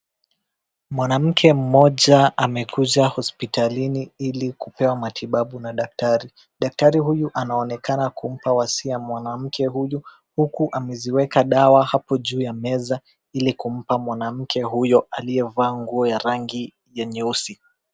Mwanamke mmoja amekuja hospitalini ili kupewa matibabu na daktari. Daktari huyu anaonekana kumpa wasia mwanamke huyu uku ameziweka dawa hapo juu ya meza ili kumpa mwanamke huyo aliyevaa nguo ya rangi ya nyeusi.